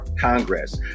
Congress